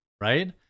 right